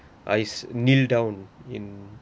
I kneel down in